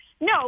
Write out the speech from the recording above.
no